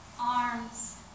arms